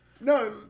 No